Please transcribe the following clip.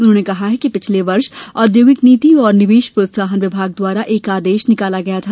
उन्होंने कहा कि पिछले वर्ष ओद्यौगिक नीति और निवेश प्रोत्साहन विभाग द्वारा एक आदेश निकाला गया था